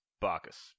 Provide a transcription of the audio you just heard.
Bacchus